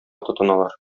тотыналар